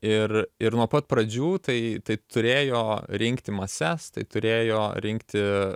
ir ir nuo pat pradžių tai turėjo rinkti mases tai turėjo rinkti